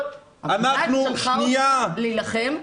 המדינה שלחה אותך להילחם,